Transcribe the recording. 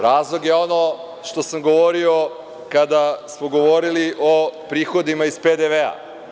Razlog je ono što sam govorio kada smo govorili o prihodima iz PDV.